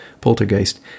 Poltergeist